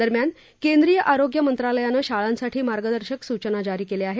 दरम्यान केंद्रीय आरोग्य मंत्रालयानं शाळांसाठी मार्गदर्शक सूचना जारी केल्या आहेत